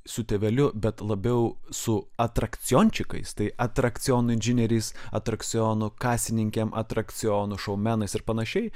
su tėveliu bet labiau su atrakciončikais tai atrakcionų inžinieriais atrakcionų kasininkėm atrakcionų šoumenais ir panašiai